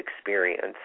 experience